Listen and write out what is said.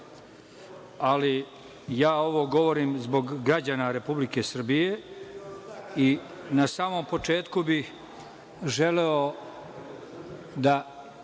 Ali, ja ovo govorim zbog građana Republike Srbije. Na samom početku bih želeo da